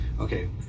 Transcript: Okay